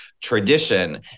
tradition